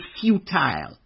futile